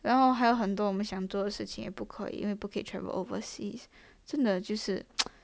然后还有很多我们想做的事情也不可以因为也不可以 travel overseas 真的就是